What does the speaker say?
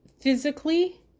physically